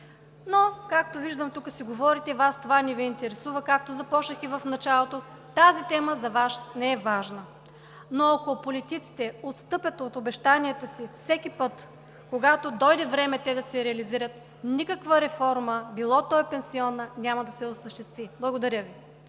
Но, както виждам, тук си говорите, Вас това не Ви интересува, както започнахте в началото. Тази тема за Вас не е важна, но ако политиците отстъпят от обещанията си всеки път, когато дойде време те да се реализират, никаква реформа, било то и пенсионна, няма да се осъществи. Благодаря Ви.